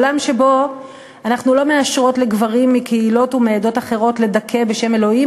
עולם שבו אנחנו לא מאשרות לגברים מקהילות ומעדות אחרות לדכא בשם אלוהים,